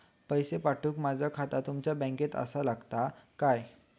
पैसे पाठुक माझा खाता तुमच्या बँकेत आसाचा लागताला काय?